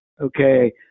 okay